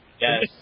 Yes